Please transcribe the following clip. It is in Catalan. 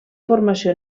formació